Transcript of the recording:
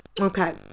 Okay